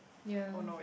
yea